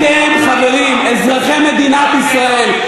אתם, חברים, אזרחי מדינת ישראל.